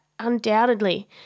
undoubtedly